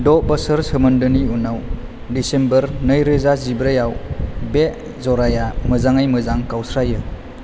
द' बोसोर सोमोन्दोनि उनाव दिसेम्बर नैरोजा जिब्रैआव बे जराया मोजाङै मोजां गावस्रायो